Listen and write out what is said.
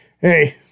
Hey